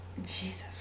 Jesus